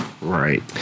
right